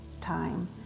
time